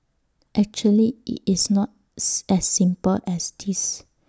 actually IT is not as simple as this